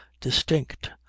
distinct